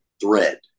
thread